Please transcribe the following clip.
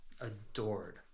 adored